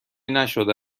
نشده